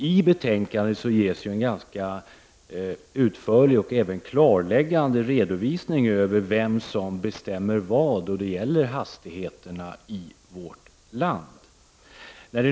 I betänkandet ges en utförlig och klarläggande redovisning av vem som bestämmer vad då det gäller hastigheterna i vårt land.